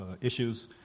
issues